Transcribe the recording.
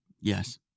Yes